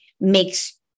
makes